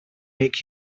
make